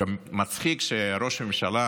מצחיק שראש הממשלה,